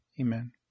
Amen